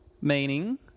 Meaning